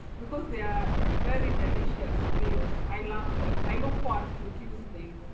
because they are very delicious meals, i love them. i look forward to tuesdays.